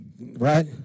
right